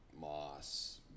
moss